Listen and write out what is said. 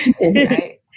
Right